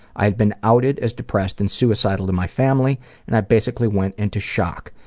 i had been outted as depressed and suicidal in my family and i basically went into shock.